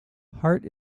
hart